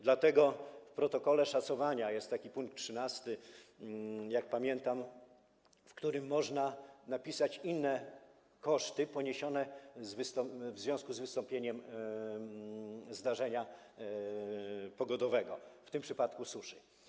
Dlatego w protokole szacowania jest pkt 13, jak pamiętam, w którym można napisać inne koszty poniesione w związku z wystąpieniem zdarzenia pogodowego, w tym przypadku suszy.